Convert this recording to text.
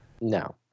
No